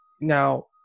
Now